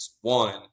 One